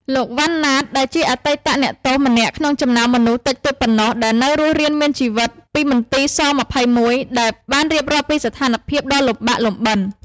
លោក វ៉ាន់ ណាត ដែលជាអតីតអ្នកទោសម្នាក់ក្នុងចំណោមមនុស្សតិចតួចប៉ុណ្ណោះដែលនៅរស់រានមានជីវិតពីមន្ទីរស-២១ បានរៀបរាប់ពីស្ថានភាពដ៏លំបាកលំបិន។